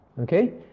Okay